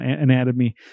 anatomy